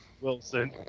Wilson